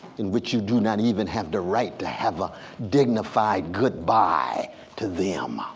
in which you do not even have the right to have ah dignified goodbye to them?